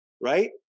right